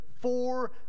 four